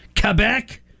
Quebec